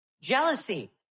Jealousy